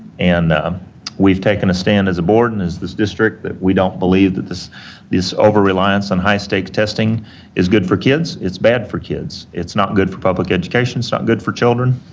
and we've taken a stand as a board and as this district that we don't believe that this this overreliance on high stakes testing is good for kids. it's bad for kids. it's not good for public education. it's not good for children,